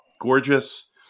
gorgeous